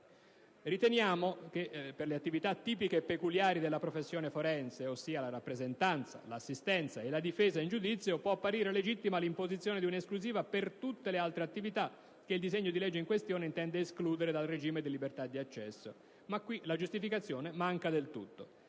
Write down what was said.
Riteniamo che, se per le attività tipiche e peculiari della professione forense, ossia la rappresentanza, l'assistenza e la difesa in giudizio, può apparire legittima l'imposizione di un'esclusiva, per tutte le altre attività, che il disegno di legge in questione intende escludere dal regime di libertà di accesso, la giustificazione manca del tutto.